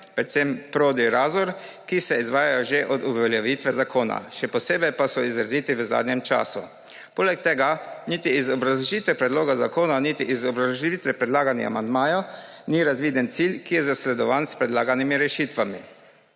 predvsem Prodi-Razor, ki se izvaja že od uveljavitve zakona, še posebej pa so izraziti v zadnjem času. Poleg tega niti iz obrazložitve predloga zakona niti iz obrazložitve predlaganih amandmajev ni razviden cilj, ki je zasledovan s predlaganimi rešitvami.